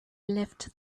left